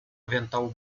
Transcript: avental